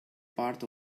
part